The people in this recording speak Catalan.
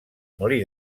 molí